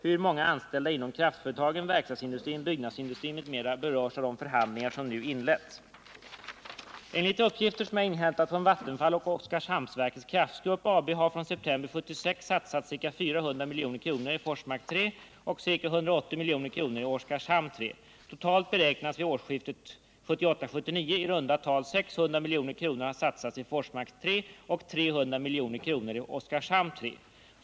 Hur många anställda inom kraftföretagen, verkstadsindustrin, byggnadsindustrin m.m. berörs av de förhandlingar som nu inletts? Enligt uppgifter som jag inhämtat från Vattenfall och Oskarshamnsverkets Kraftgrupp AB har sedan september 1976 satsats ca 400 milj.kr. i Forsmark 3 och ca 180 milj.kr. i Oskarshamn 3. Totalt beräknas vid årsskiftet 1978-1979 i runda tal 600 milj.kr. ha satsats i Forsmark 3 och 300 milj.kr. i Oskarshamn 3.